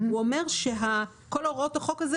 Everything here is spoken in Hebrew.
הוא אומר שכל הוראות החוק הזה,